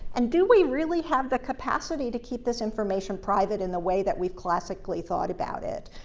and do we really have the capacity to keep this information private in the way that we've classically thought about it?